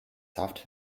soft